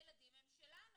הילדים הם שלנו.